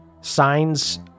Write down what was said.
signs